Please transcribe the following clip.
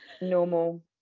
normal